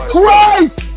Christ